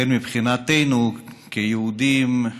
לכן, מבחינתנו, כיהודים,